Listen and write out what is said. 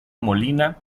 molina